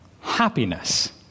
happiness